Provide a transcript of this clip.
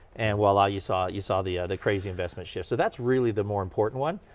and well, ah you saw you saw the ah the crazy investment shift. so, that's really the more important one,